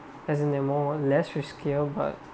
as in they're more less riskier but